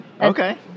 Okay